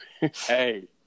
hey